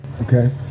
Okay